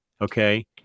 okay